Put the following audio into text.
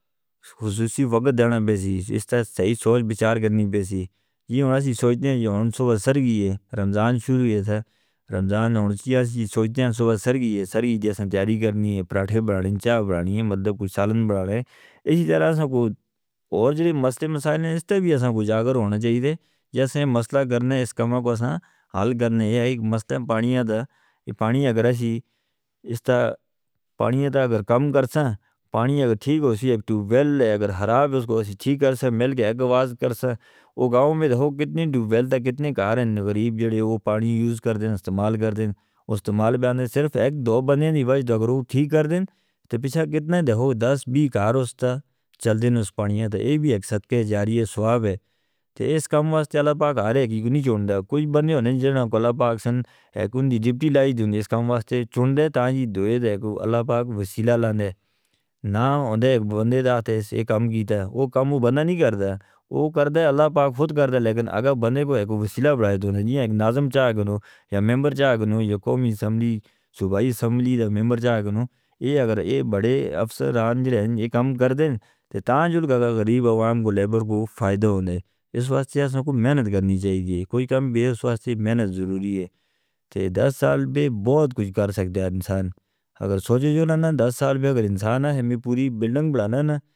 خصوصی وابہ دنوں میں بھیسیز، اس تاں صحیح سوچ بچار کرنی بھیسیز۔ یہ ہوناسی سوچ دیئے ہیں، یہ ہون صبح سر گئی ہے، رمضان شروع گئی ہے۔ رمضان ہونچی ہے، سوچ دیاں صبح سر گئی ہے، سر ہی دیساں تیاری کرنی ہے، پراٹھے براننی ہیں، چائے براننی ہیں، مدد کو سالن براننی ہیں۔ اسی طرح سے کوئی اور مسئلے مسائل ہیں، اس تاں بھی اسان کو جاگر ہونا چاہیے تھے، یا سن مسئلہ کرنے، اس کاماں کو ہم حل کرنے، یا ایک مسئلہ پانیوں دا۔ پانی اگر ہم کم کرتے ہیں، پانی اگر ٹھیک ہوشی ہے، ایک دو ویل اگر خراب ہوشی ہے، ایک دو ویل اگر ہم ٹھیک کرتے ہیں، مل کے ایک گواز کرتے ہیں، وہ گاؤں میں تو کتنے دو ویل تا کتنے کار ہیں، غریب جو پانی یوز کرتے ہیں، استعمال کرتے ہیں، صرف ایک دو بندے دی وجہ سے اگر وہ ٹھیک کرتے ہیں، تو پچھا کتنے ہیں، دس بی کار اس تا چل دیں اس پانیوں تا، یہ بھی ایک صدقہ جاری ہے، سواب ہے، تو اس کام واسطے اللہ پاک آرہے ہیں، کسی کو نہیں چوندہ، کوئی بندے ہونے ہیں جنہوں نے اللہ پاک سن ایکونی جیبٹی لائی دھون، اس کام واسطے چوندے تاں جی دوئے دے کو اللہ پاک وسیلہ لانے، نہ ہوندے ایک بندے دا تھے اس کام کیتا، وہ کام وہ بندہ نہیں کرتا، وہ کرتا ہے اللہ پاک خود کرتا ہے، لیکن اگر بندے کو ایک وسیلہ بڑھائے دونا، ایک ناظم چاہیے گنو، یا ممبر چاہیے گنو، یا قومی سمبلی، صوبائی سمبلی دا ممبر چاہیے گنو، یہ اگر یہ بڑے افسران جو رہیں، یہ کام کر دیں، تو تاں جڑک گربی عوام کو لیبر کو فائدہ ہوندے، اس واسطے ہمیں کو محنت کرنی چاہیے، کوئی کام بھی اس واسطے محنت ضروری ہے، تو دس سال بے بہت کچھ کر سکتے ہیں انسان، اگر سوچے جونا نا دس سال بے اگر انسان نہ ہمیں پوری بیلڈنگ بنانا نا.